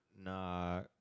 Nah